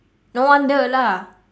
no wonder lah